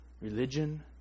religion